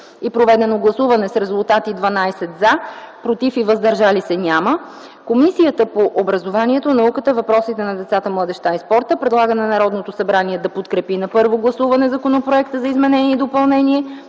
и проведено гласуване с резултати: 12 „за”, „против” и „въздържали се” няма, Комисията по образованието, науката, въпросите на децата, младежта и спорта, предлага на Народното събрание да подкрепи на първо гласуване Законопроекта за изменение и допълнение